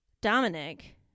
Dominic